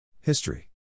History